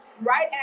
right